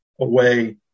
away